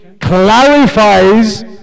clarifies